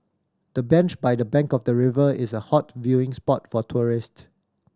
the bench by the bank of the river is a hot viewing spot for tourist